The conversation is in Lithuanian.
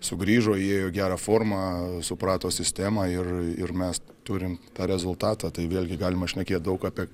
sugrįžo į gerą formą suprato sistemą ir ir mes turim tą rezultatą tai vėlgi galima šnekėt daug apie